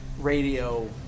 radio